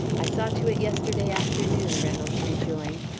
i saw to it yesterday afternoon, reynolds rejoined.